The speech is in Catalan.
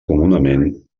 comunament